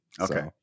okay